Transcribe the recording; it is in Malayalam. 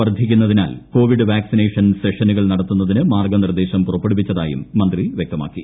വർദ്ധിക്കുന്നതിനാൽ കോവിഡ് വാക്സിനേഷൻ സെഷനുകൾ നടത്തുന്നതിന് മാർഗനിർദേശം പുറപ്പെടുവിച്ചതായും മന്ത്രി വൃക്തമാക്കി